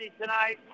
tonight